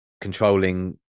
controlling